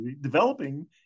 developing